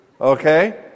Okay